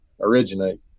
originate